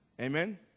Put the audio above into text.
amen